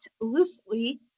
loosely